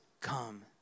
come